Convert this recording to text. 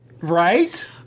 Right